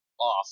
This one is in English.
off